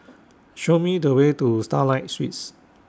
Show Me The Way to Starlight Suites